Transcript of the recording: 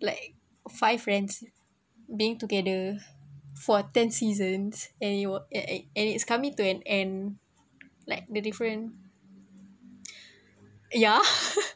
like five friends being together for ten seasons and it will a~ and and it's coming to an end like the different uh ya